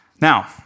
Now